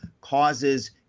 causes